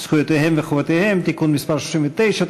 זכויותיהם וחובותיהם (תיקון מס' 39),